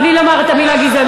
בלי לומר את המילה "גזענות".